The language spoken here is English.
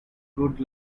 good